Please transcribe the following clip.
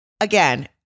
again